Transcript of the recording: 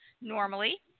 normally